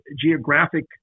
geographic